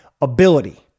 Ability